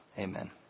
Amen